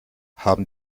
haben